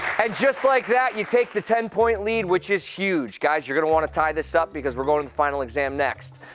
and just like that, you take the ten-point lead which is huge. guys you'll want to tie this up because we're going to the final exam next.